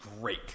great